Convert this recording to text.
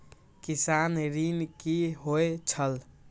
किसान ऋण की होय छल?